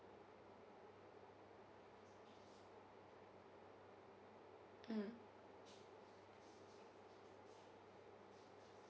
mm